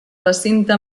recinte